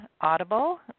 Audible